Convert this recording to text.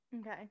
okay